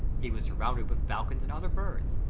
he was surrounded with falcons and other birds.